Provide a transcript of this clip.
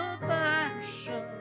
passion